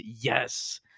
Yes